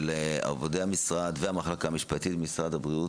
עובדי המשרד והמחלקה המשפטית במשרד הבריאות,